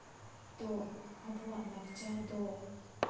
ᱛᱚ ᱟᱵᱚᱣᱟᱜ ᱞᱟᱠᱪᱟᱨ ᱫᱚ